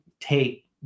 take